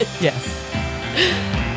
Yes